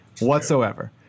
whatsoever